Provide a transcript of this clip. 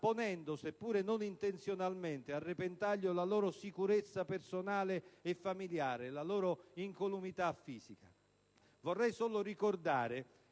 ponendo, seppure non intenzionalmente, a repentaglio la loro sicurezza personale e familiare e la loro incolumità fisica. Vorrei solo ricordare